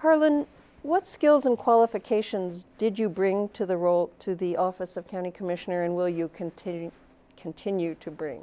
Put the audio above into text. harlan what skills and qualifications did you bring to the role to the office of county commissioner and will you continue to continue to bring